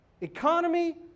Economy